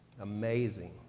Amazing